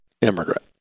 immigrant